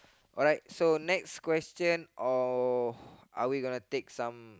alright so next question uh are we gonna take some